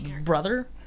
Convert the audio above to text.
brother